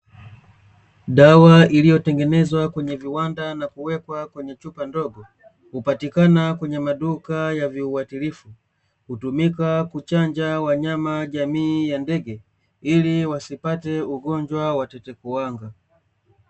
Dawa iliyotengezwa kwenye viwanda na kuwekwa kwenye chupa ndogo hupatikana kwenye maduka ya kuuza viwatirufu, hutumika kuchanja wanyama jamii ya ndege ili wasipate ugonjwa wa tetekuwanga.